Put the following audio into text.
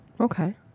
Okay